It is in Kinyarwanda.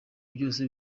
byose